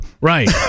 Right